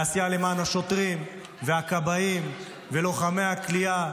בעשייה למען השוטרים והכבאים ולוחמי הכליאה,